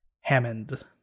hammond